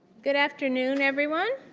good afternoon everyone.